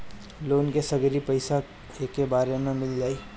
Loan के सगरी पइसा एके बेर में मिल जाई?